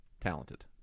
talented